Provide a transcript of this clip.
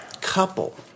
couple